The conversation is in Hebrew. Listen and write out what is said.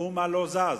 מאומה לא זז.